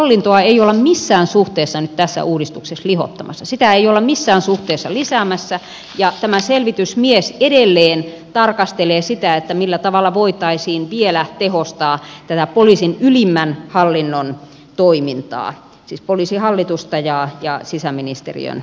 hallintoa ei olla missään suhteessa nyt tässä uudistuksessa lihottamassa sitä ei olla missään suhteessa lisäämässä ja tämä selvitysmies edelleen tarkastelee sitä millä tavalla voitaisiin vielä tehostaa tätä poliisin ylimmän hallinnon toimintaa siis poliisihallitusta ja sisäministeriön poliisiosastoa